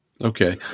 Okay